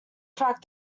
fact